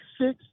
six